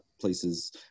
places